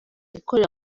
gukorera